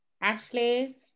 Ashley